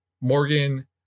Morgan